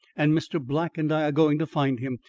and mr. black and i are going to find him.